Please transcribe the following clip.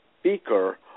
speaker